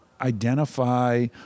identify